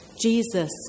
Jesus